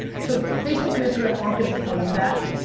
so, facebook and instagram aren't gonna tell you that.